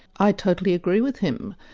i totally agree with him.